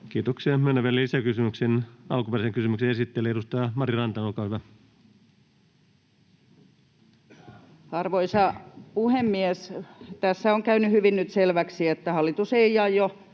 Kiitoksia. — Myönnän vielä lisäkysymyksen alkuperäisen kysymyksen esittäjälle. Edustaja Mari Rantanen, olkaa hyvä. Arvoisa puhemies! Tässä on käynyt hyvin nyt selväksi, että hallitus ei aio